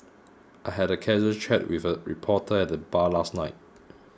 I had a casual chat with a reporter at the bar last night